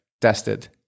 tested